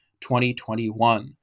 2021